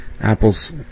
apples